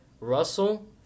russell